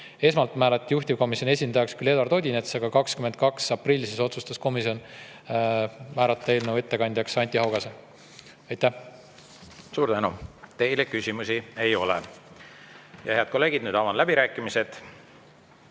Esmalt määrati juhtivkomisjoni esindajaks küll Eduard Odinets, aga 22. aprillil otsustas komisjon määrata eelnõu ettekandjaks Anti Haugase. Aitäh! Suur tänu! Teile küsimusi ei ole. Head kolleegid, nüüd avan läbirääkimised.